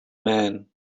man